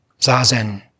Zazen